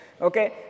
Okay